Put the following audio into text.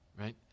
Right